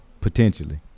potentially